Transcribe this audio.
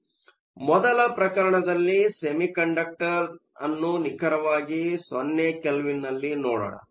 ಆದ್ದರಿಂದ ಮೊದಲ ಪ್ರಕರಣದಲ್ಲಿ ಸೆಮಿಕಂಡಕ್ಟರ್ ಅನ್ನು ನಿಖರವಾಗಿ 0 ಕೆಲ್ವಿನ್ನಲ್ಲಿ ನೋಡೋಣ